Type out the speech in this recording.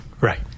Right